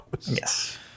Yes